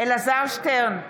אלעזר שטרן,